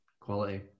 Quality